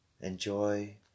Enjoy